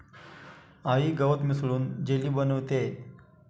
आई गवत मिसळून जेली बनवतेय